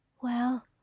Well